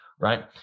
right